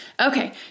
Okay